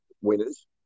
winners